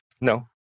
No